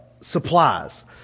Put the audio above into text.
supplies